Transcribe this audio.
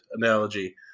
analogy